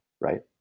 right